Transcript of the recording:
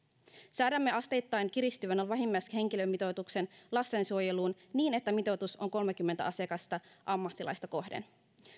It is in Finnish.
säädämme asteittain kiristyvän vähimmäishenkilömitoituksen lastensuojeluun niin että mitoitus on kolmekymmentä asiakasta ammattilaista kohden